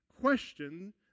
question